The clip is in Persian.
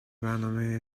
برنامه